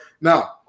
Now